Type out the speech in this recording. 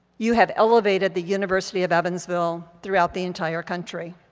you have elevated the university of evansville throughout the entire country.